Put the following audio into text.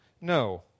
No